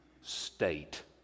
state